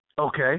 Okay